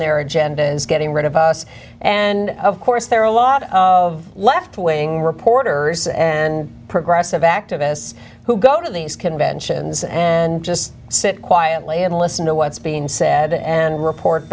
their agenda is getting rid of us and of course there are a lot of left wing reporters and progressive activists who go to these conventions and just sit quietly and listen to what's being said and report